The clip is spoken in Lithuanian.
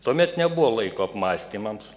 tuomet nebuvo laiko apmąstymams